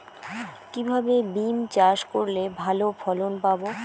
কিভাবে বিম চাষ করলে ভালো ফলন পাব?